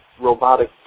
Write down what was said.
robotic